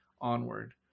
onward